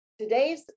today's